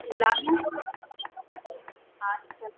গ্রাম্য আচ্ছা